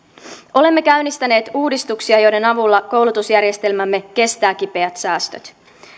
olemme käynnistäneet uudistuksia joiden avulla koulutusjärjestelmämme kestää kipeät säästöt